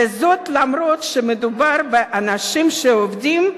וזאת אף שמדובר באנשים שעובדים,